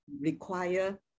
require